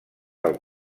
del